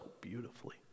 beautifully